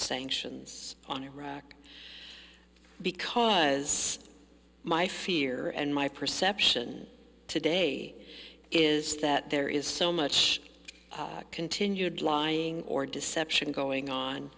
sanctions on iraq because my fear and my perception today is that there is so much continued lying or deception going on